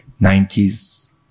90s